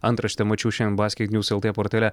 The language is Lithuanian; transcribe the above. antraštę mačiau basket nijūz portale